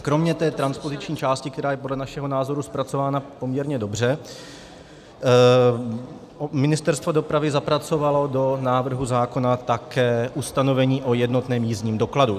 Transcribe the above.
Kromě té transpoziční části, která je podle našeho názoru zpracována poměrně dobře, Ministerstvo dopravy zapracovalo do návrhu zákona také ustanovení o jednotném jízdním dokladu.